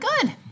good